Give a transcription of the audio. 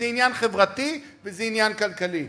זה עניין חברתי, וזה עניין כלכלי.